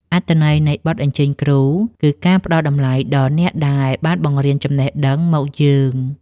អត្ថន័យនៃបទអញ្ជើញគ្រូ គឺការផ្ដល់តម្លៃដល់អ្នកដែលបានបង្រៀនចំណេះដឹងមកយើង។